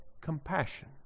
compassion